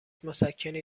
مسکنی